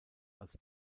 als